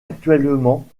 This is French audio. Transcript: actuellement